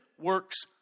works